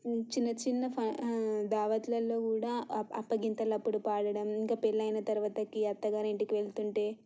చిన్న చిన్న ధావత్లలో కూడా అప్పగింతల అప్పుడు పాడటం ఇంకా పెళ్ళైన తరువాతకి అత్తగారింటికి వెళుతుంటే